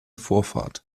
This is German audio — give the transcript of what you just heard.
vorfahrt